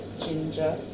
ginger